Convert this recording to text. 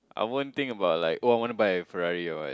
I won't think about like oh I wanna buy a Ferrari or what